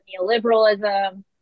neoliberalism